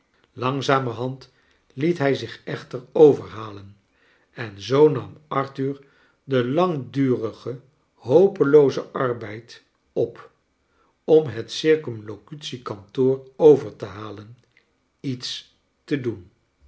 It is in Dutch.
langzamerhand liet hij zich echter overhalen en zoo nam arthur den langdurigen hopeloozen arbeid op om het circumlocutie kantoor over te halen iets te doen